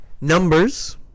numbers